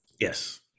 Yes